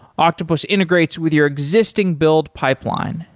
octopus integrates with your existing build pipeline,